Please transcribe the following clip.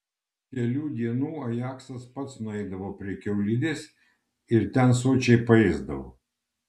po kelių dienų ajaksas pats nueidavo prie kiaulidės ir ten sočiai paėsdavo